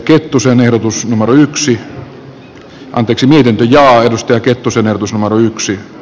totean että vaalit ovat yksimielisiä ja ajatusten kettusen ehdotus oyksi